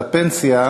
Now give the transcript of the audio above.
הכנסת זאב,